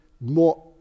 more